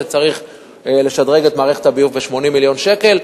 שצריך לשדרג את מערכת הביוב ב-80 מיליון שקל,